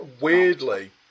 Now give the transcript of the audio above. weirdly